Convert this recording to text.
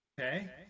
Okay